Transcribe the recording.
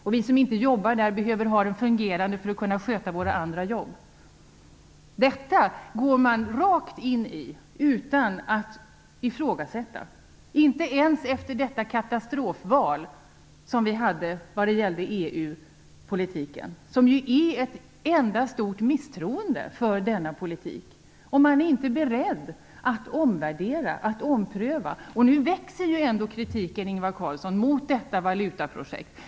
Och vi som inte själva jobbar där behöver ha den fungerande för att kunna sköta våra jobb. Detta går man rakt in i utan att ifrågasätta, inte ens efter det katastrofval som vi haft när det gäller EU politiken och som visade ett stort misstroende för denna politik. Man är inte beredd att omvärdera, att ompröva. Och nu växer kritiken mot detta valutaprojekt.